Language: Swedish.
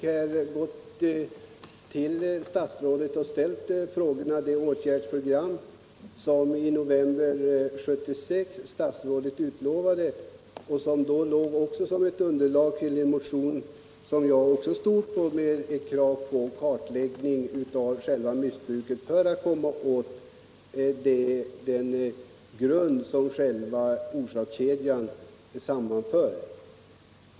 Herr talman! Jag har i min interpellation frågat statsrådet om det åtgärdsprogram som statsrådet utlovade i november 1976 i en debatt med anledning av en socialdemokratisk motion med krav på kartläggning av orsakerna till narkotikamissbruket.